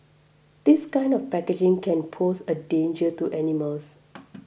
this kind of packaging can pose a danger to animals